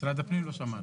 את משרד הפנים לא שמענו.